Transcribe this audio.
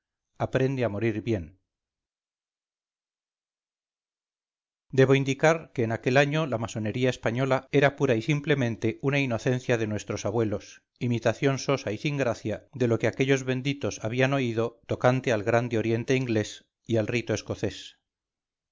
aprende a morir bien debo indicar que en aquel año la masonería española era pura y simplemente una inocencia de nuestros abuelos imitación sosa y sin gracia de lo que aquellos benditos habían oído tocante al grande oriente inglés y al rito escocés